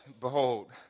Behold